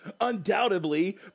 undoubtedly